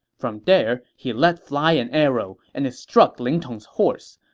from there, he let fly an arrow, and it struck ling tong's horse.